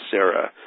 Sarah